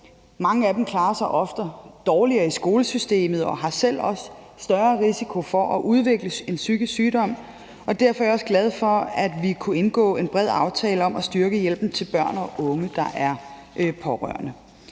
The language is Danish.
Mange af dem klarer sig ofte dårligere i skolesystemet og har større risiko for selv at udvikle en psykisk sygdom, og derfor er jeg også glad for, at vi kunne indgå en bred aftale om at styrke hjælpen til børn og unge, der er pårørende.